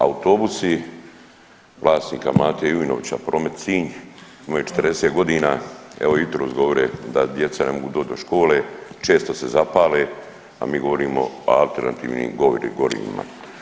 Autobusi vlasnika Mate Jujnovića, Promet Sinj, imaju 40 godina, evo jutros govore da djeca ne mogu doći do škole, često se zapale, a mi govorimo o alternativnim gorivima.